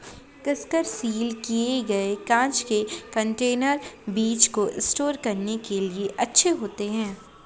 कसकर सील किए गए कांच के कंटेनर बीज को स्टोर करने के लिए अच्छे होते हैं